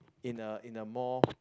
in a in a more